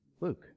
Luke